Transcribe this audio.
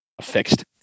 fixed